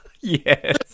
Yes